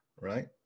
right